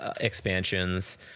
expansions